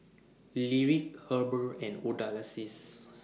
Lyric Heber and